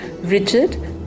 rigid